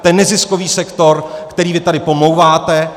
Ten neziskový sektor, který vy tady pomlouváte.